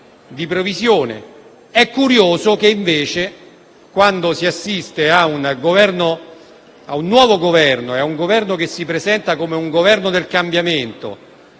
di previsione. È curioso che invece, quando si assiste ad un nuovo Governo che si presenta come un «Governo del cambiamento»